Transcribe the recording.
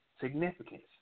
significance